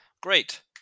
Great